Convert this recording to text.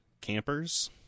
campers